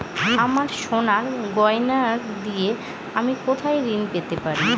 আমার সোনার গয়নার দিয়ে আমি কোথায় ঋণ পেতে পারি?